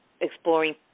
exploring